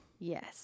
Yes